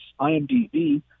IMDb